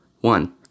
one